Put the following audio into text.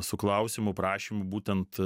su klausimu prašymu būtent